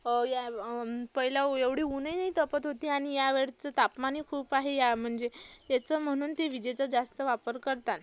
या पहिल्याएवढे ऊनही नाही तापत होती आणि या वेळचं तापमानही खूप आहे या म्हणजे याचं म्हणून ते विजेचा जास्त वापर करतात